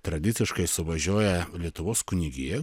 tradiciškai suvažiuoja lietuvos kunigija